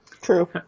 True